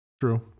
True